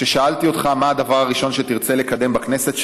כששאלתי אותך מה הדבר הראשון שתרצה לקדם בכנסת,